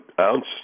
ounce